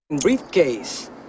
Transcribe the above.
briefcase